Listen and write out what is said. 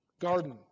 garden